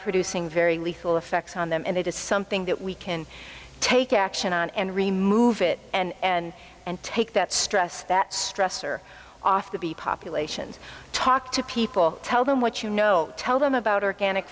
producing very lethal effects on them and they did something that we can take action on and remove it and and take that stress that stressor off to be populations talk to people tell them what you know tell them about organic